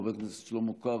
חבר הכנסת שלמה קרעי,